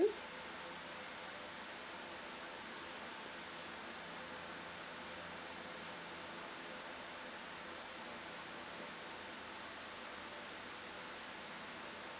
~(mm)